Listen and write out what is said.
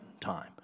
time